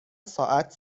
ساعت